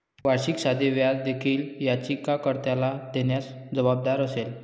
वार्षिक साधे व्याज देखील याचिका कर्त्याला देण्यास जबाबदार असेल